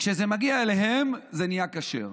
כשזה מגיע אליהם זה נהיה כשר,